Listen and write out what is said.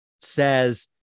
says